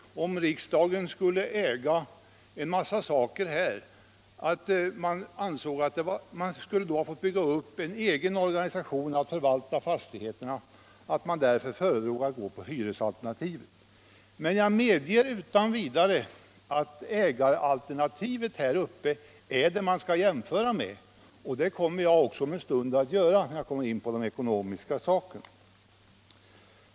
Om riksdagen skulle äga fastigheten och all dess komplicerade utrustning skulle riksdagen ha tått bygga upp en egen organisation för att förvalta fastigheten. Man föredrog därför hyresalternativet. Men jag medger utan vidare att ägaralternativet är det som man skall jämföra med, och det kommer jag också att göra om en stund, när jag kommer in på de ekonomiska frågorna.